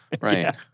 right